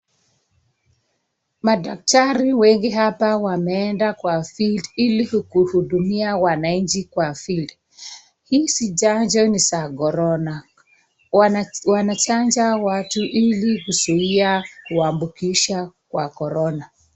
Madaktari wengi hapa wameenda kwa field ili kuhudumia wananchi kwa field . Hizi chanjo ni za Corona, wanachanja watu ili kuzuia kuambukisha kwa Corona.